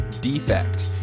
defect